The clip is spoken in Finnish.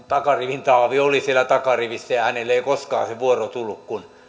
takarivin taavi oli siellä takarivissä ja hänelle ei koskaan se vuoro tullut kun